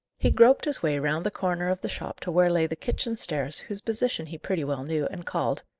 he groped his way round the corner of the shop to where lay the kitchen stairs, whose position he pretty well knew, and called.